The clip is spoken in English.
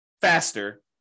faster